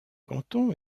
canton